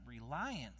reliance